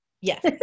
Yes